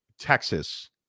Texas